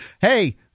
hey –